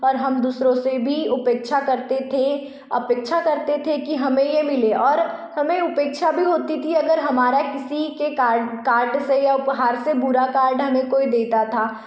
और हम दूसरों से भी उपेक्षा करते थे अपेक्षा करते थे कि हमे यह मिले और हमे उपेक्षा भी होती थी अगर हमारा किसी के कार्ड कार्ड से या उपहार से बुरा कार्ड हमें कोई देता था